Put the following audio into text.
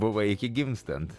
buvai iki gimstant